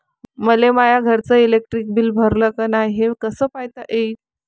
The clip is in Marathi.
मले माया घरचं इलेक्ट्रिक बिल भरलं का नाय, हे कस पायता येईन?